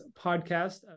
podcast